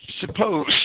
Suppose